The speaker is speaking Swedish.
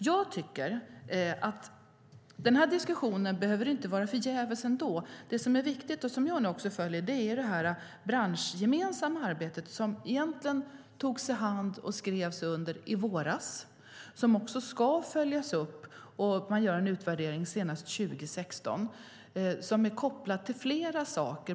Jag tycker ändå inte att den här diskussionen behöver vara förgäves. Det som är viktigt och som jag nu också följer är det branschgemensamma arbete man egentligen tog i hand på och skrev under i våras. Det ska följas upp - man gör en utvärdering senast 2016 - och är kopplat till flera saker.